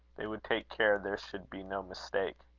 they would take care there should be no mistake.